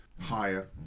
higher